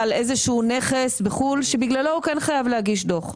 איזה שהוא נכס בחו"ל שבגללו הוא כן חייב להגיש דוח.